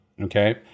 okay